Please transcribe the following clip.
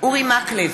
אורי מקלב,